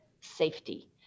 safety